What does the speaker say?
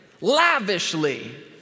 Lavishly